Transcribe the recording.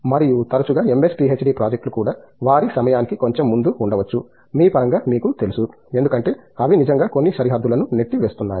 మరియు తరచుగా MS PhD ప్రాజెక్టులు కూడా వారి సమయానికి కొంచెం ముందు ఉండవచ్చు మీ పరంగా మీకు తెలుసు ఎందుకంటే అవి నిజంగా కొన్ని సరిహద్దులను నెట్టివేస్తున్నాయి